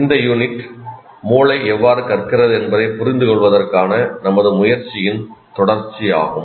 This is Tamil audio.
இந்த அலகு மூளை எவ்வாறு கற்கிறது என்பதைப் புரிந்துகொள்வதற்கான நமது முயற்சியின் தொடர்ச்சியாகும்